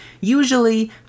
Usually